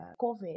COVID